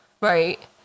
Right